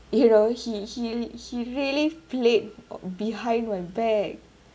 you know he he he really flirt behind my back